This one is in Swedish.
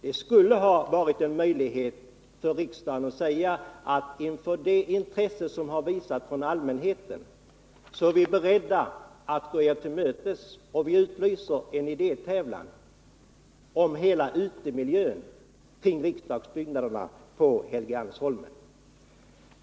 Det skulle ha varit möjligt för riksdagen att säga att inför det intresse som har visats från allmänheten är vi beredda att gå er till mötes och utlysa en idétävlan om hela utemiljön kring riksdagsbyggnaderna på Helgeandsholmen.